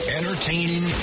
Entertaining